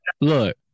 look